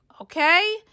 Okay